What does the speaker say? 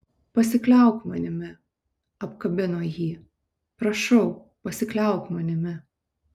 pasikliauk manimi apkabino jį prašau pasikliauk manimi